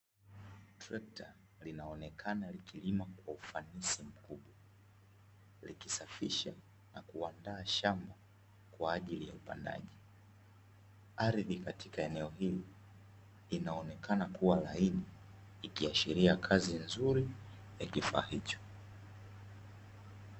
Trekta linaonekana likilima kwa ufanisi mkuu, likisafisha na kuandaa shamba kwa ajili ya upandaji. Ardhi katika eneo hili inaonekana kuwa laini ikiashiria kazi nzuri ya kifaa hicho.